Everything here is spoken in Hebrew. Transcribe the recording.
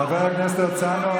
חבר הכנסת הרצנו,